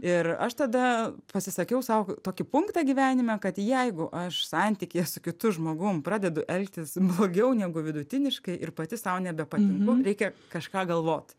ir aš tada pasisakiau sau tokį punktą gyvenime kad jeigu aš santykyje su kitu žmogum pradedu elgtis blogiau negu vidutiniškai ir pati sau nebepatinka reikia kažką galvot